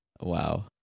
wow